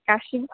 गासिबो